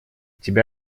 тебя